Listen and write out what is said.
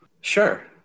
Sure